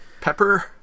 Pepper